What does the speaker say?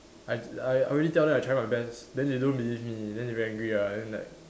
I I already tell them I tried my best then they don't believe me then they very angry ah and like